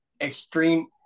extreme